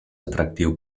atractiu